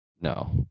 No